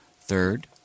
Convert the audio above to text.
Third